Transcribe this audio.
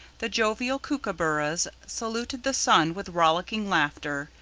the jovial kookooburras saluted the sun with rollicking laughter,